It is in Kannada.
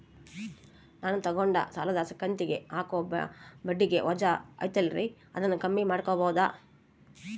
ನಾನು ತಗೊಂಡ ಸಾಲದ ಕಂತಿಗೆ ಹಾಕೋ ಬಡ್ಡಿ ವಜಾ ಐತಲ್ರಿ ಅದನ್ನ ಕಮ್ಮಿ ಮಾಡಕೋಬಹುದಾ?